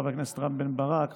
חבר הכנסת רם בן ברק,